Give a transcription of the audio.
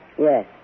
Yes